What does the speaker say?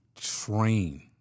train